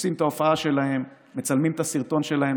עושים את ההופעה שלהם, מצלמים את הסרטון שלהם.